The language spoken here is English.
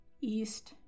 East